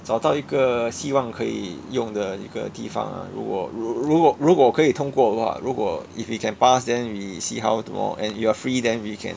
找到一个希望可以用的一个地方 ah 如果如果如果可以通过的话如果 if we can pass then we see how tomorrow and you are free then we can